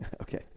Okay